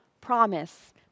promise